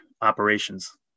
operations